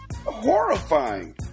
horrifying